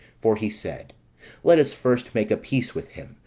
for he said let us first make a peace with him,